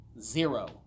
zero